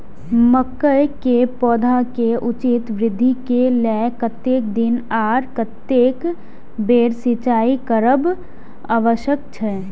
मके के पौधा के उचित वृद्धि के लेल कतेक दिन आर कतेक बेर सिंचाई करब आवश्यक छे?